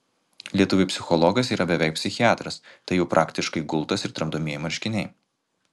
lietuviui psichologas yra beveik psichiatras tai jau praktiškai gultas ir tramdomieji marškiniai